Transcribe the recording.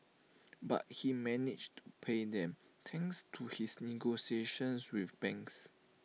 but he managed to pay them thanks to his negotiations with banks